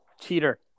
cheater